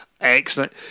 Excellent